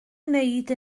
wneud